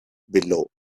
below